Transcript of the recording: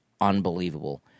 unbelievable